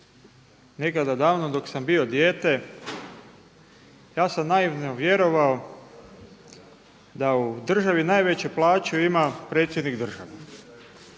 Nekada davno dok sam bio dijete ja sam naivno vjerovao da u državi najveću plaću ima predsjednik države